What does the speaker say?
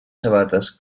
sabates